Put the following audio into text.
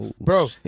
bro